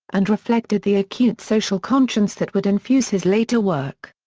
and reflected the acute social conscience that would infuse his later work.